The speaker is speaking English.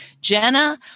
Jenna